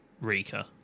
Rika